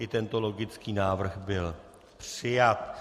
I tento logicky návrh byl přijat.